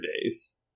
days